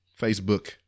Facebook